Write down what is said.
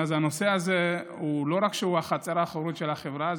אז הנושא הזה לא רק שהוא החצר האחורית של החברה,